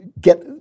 get